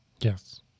Yes